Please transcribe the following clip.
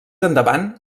endavant